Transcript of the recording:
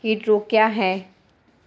कीट रोग क्या है?